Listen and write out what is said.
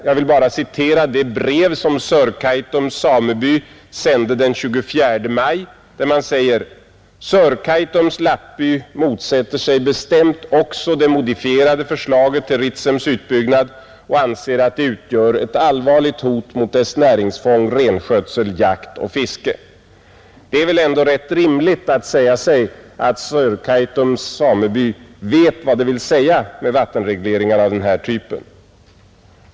Jag vill bara citera det brev som Sörkaitums sameby sände den 24 maj, där man säger: ”Sörkaitums lappby motsätter sig bestämt också det modifierade förslaget till Ritsems utbyggnad och anser att det utgör ett allvarligt hot mot dess näringsfång renskötsel, jakt och fiske.” Det är väl ändå rätt rimligt att säga sig att Sörkaitums samer vet vad det vill säga med vattenregleringar av denna typ.